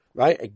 right